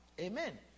Amen